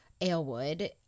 Aylwood